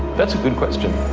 that's a good question.